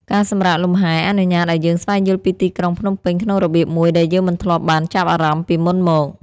ការសម្រាកលំហែ អនុញ្ញាតឱ្យយើងស្វែងយល់ពីទីក្រុងភ្នំពេញក្នុងរបៀបមួយដែលយើងមិនធ្លាប់បានចាប់អារម្មណ៍ពីមុនមក។